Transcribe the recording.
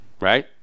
Right